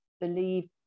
believe